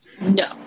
no